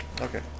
Okay